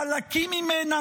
חלקים ממנה,